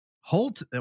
Holt